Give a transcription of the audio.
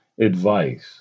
advice